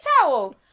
towel